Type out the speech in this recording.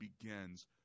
begins